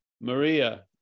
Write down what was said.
Maria